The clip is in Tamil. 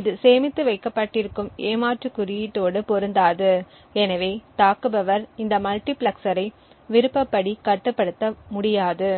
இது சேமித்து வைக்கப்பட்டிருக்கும் ஏமாற்று குறியீட்டோடு பொருந்தாது எனவே தாக்குபவர் இந்த மல்டிபிளெக்சரை விருப்பப்படி கட்டுப்படுத்த முடியாது